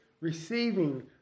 receiving